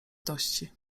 tości